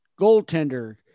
goaltender